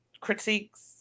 critiques